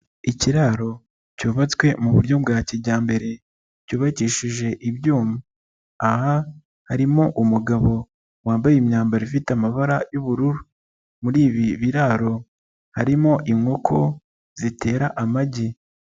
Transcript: Ikiraro cyubatswe mu buryo bwa kijyambere cyubakishije ibyuma, aha harimo umugabo wambaye imyambaro ifite amabara y'ubururu, muri ibi biraro harimo inkoko zitera amagi.